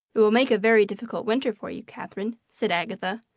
it will make a very difficult winter for you, katherine, said agatha.